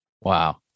wow